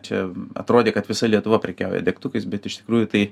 čia atrodė kad visa lietuva prekiauja degtukais bet iš tikrųjų tai